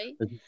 right